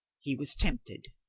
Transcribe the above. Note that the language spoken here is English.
he was tempted.